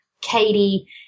Katie